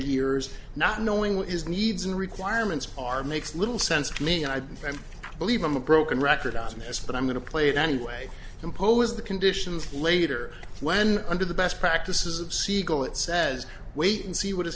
years not knowing what his needs and requirements are makes little sense to me i'd believe i'm a broken record on this but i'm going to play it anyway impose the condition later when under the best practices of siegel it says wait and see what